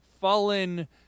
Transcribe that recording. fallen